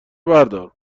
بردار